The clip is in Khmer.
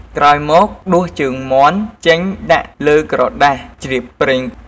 ក្រោយមកដួសជើងមាន់ចេញដាក់លើក្រដាសជ្រាបប្រេង។